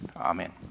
Amen